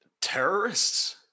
Terrorists